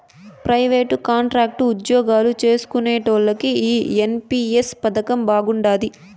private, contract ఉజ్జోగాలు చేస్కునేటోల్లకి ఈ ఎన్.పి.ఎస్ పదకం బాగుండాది